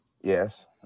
Yes